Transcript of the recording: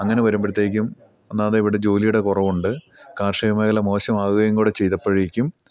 അങ്ങനെ വരുമ്പോഴത്തേക്കും ഒന്നാമതെ ഇവിടെ ജോലിയുടെ കുറവുണ്ട് കാർഷികമേഖല മോശം ആവുകയുംകൂടി ചെയ്തപ്പോഴേക്കും